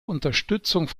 unterstützung